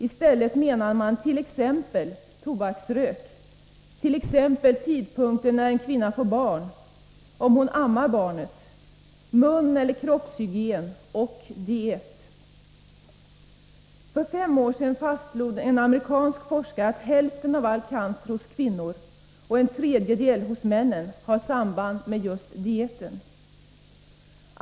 I stället avsågs t.ex. tobaksbruk, tidpunkten när en kvinna får barn, förhållandet om hon ammar, munoch kroppshygien samt diet. För fem år sedan fastslog en amerikansk forskare att hälften av all cancer hos kvinnor och en tredjedel hos männen har samband med just dieten.